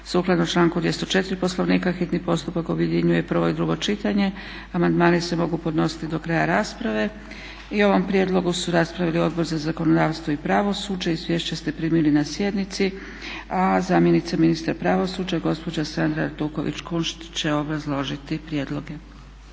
Sukladno članku 204. Poslovnika hitni postupak objedinjuje prvo i drugo čitanje. Amandmani se mogu podnositi do kraja rasprave. I o ovom prijedlogu su raspravili Odbor za zakonodavstvo i pravosuđe. Izvješća ste primili na sjednici. A zamjenica ministra pravosuđa gospođa Sandra Artuković Kunšt će obrazložiti prijedloge.